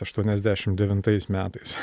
aštuoniasdešim devintais metais